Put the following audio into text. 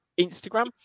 Instagram